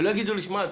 שלא יגידו לי: שמע,